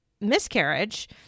miscarriage